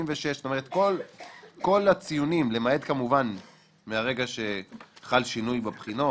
86%. זאת אומרת שכל הציונים למעט כמובן מהרגע שחל שינוי בבחינות,